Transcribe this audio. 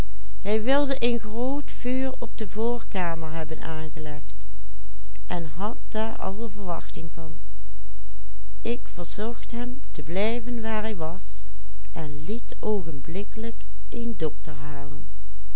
daar alle verwachting van ik verzocht hem te blijven waar hij was en liet oogenblikkelijk een dokter halen